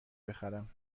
بخرم